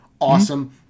awesome